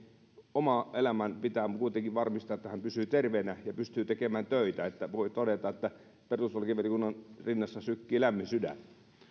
oma elämä pitää kuitenkin varmistaa että hän pysyy terveenä ja pystyy tekemään töitä joten voi todeta että perustuslakivaliokunnan rinnassa sykkii lämmin sydän